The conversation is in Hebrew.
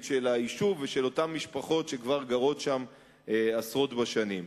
של היישוב ושל אותן משפחות שכבר גרות שם עשרות שנים.